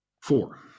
four